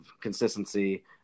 consistency